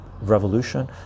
revolution